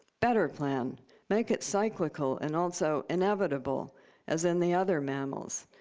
better plan make it cyclical and also inevitable as in the other mammals.